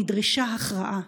נדרשה הכרעה.